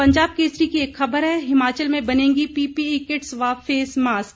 पंजाब केसरी की एक खबर है हिमाचल में बनेंगी पीपीई किट्स व फेस मास्क